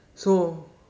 so